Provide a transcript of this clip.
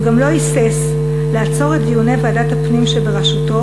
הוא גם לא היסס לעצור את דיוני ועדת הפנים שבראשותו